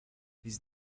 his